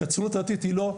כי הציונות הדתית היא לא,